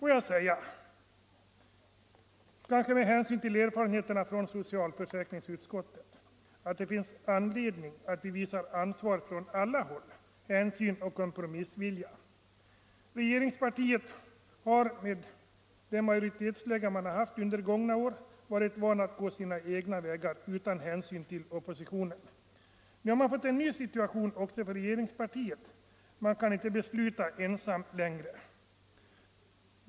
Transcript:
Låt mig säga, kanske mot bakgrund av erfarenheterna från socialförsäkringsutskottet, att det finns anledning att från alla håll visa ansvar, hänsyn och kompromissvilja. Regeringspartiet har, med det majoritetsläge som man haft under gångna år, varit vant att gå sina egna vägar utan att ta hänsyn till oppositionen. Nu har situationen blivit en annan också för regeringspartiet: man kan inte besluta ensam längre.